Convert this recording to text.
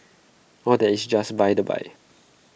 all that is just by the by